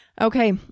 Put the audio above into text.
okay